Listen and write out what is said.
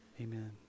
Amen